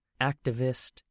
activist